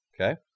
Okay